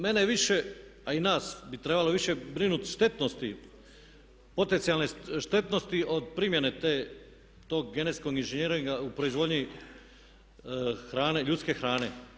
Mene više, a i nas bi trebalo više brinuti štetnosti, potencijalne štetnosti od primjene tog genetskog inženjeringa u proizvodnji hrane, ljudske hrane.